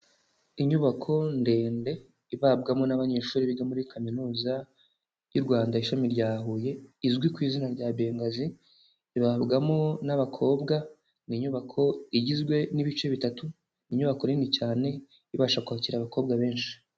Inyubako ndende ibabwamo n'abanyeshuri biga muri Kaminuza y'u Rwanda ishami rya Huye, izwi ku izina rya Bengazi, ibabwamo n'abakobwa, ni inyubako igizwe n'ibice bitatu, inyubako nini cyane ibasha kwakira abakobwa benshi.